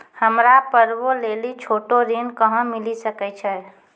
हमरा पर्वो लेली छोटो ऋण कहां मिली सकै छै?